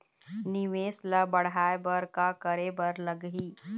निवेश ला बढ़ाय बर का करे बर लगही?